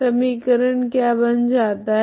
समीकरण क्या बन जाता है